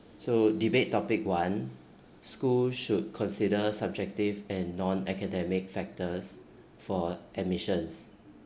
so debate topic one schools should consider subjective and non academic factors for admissions